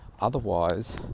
otherwise